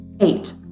Eight